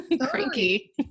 cranky